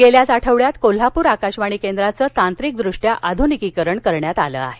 गेल्याच आठवड्यात कोल्हापूर आकाशवाणी केंद्राचं तांत्रिकदृष्ट्या आधुनिकीकरण करण्यात आलं आहे